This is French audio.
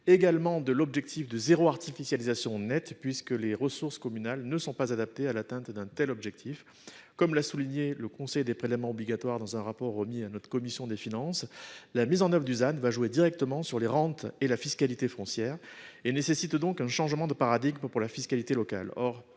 également l'objectif de « zéro artificialisation nette », puisque les ressources communales ne sont pas adaptées à la réalisation d'un tel objectif. Comme l'a souligné le Conseil des prélèvements obligatoires dans un rapport remis à notre commission des finances, la mise en oeuvre du ZAN va avoir un effet direct sur les rentes et la fiscalité foncières et nécessite par conséquent un changement de paradigme pour la fiscalité locale.